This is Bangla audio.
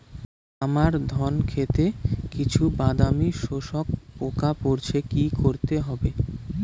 আমার ধন খেতে কিছু বাদামী শোষক পোকা পড়েছে কি করতে হবে?